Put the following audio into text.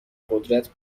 قدرت